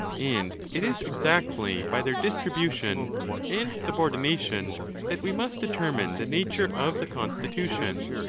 and it is exactly by their distribution and subordination that we must determine the nature of the constitution.